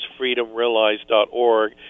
freedomrealized.org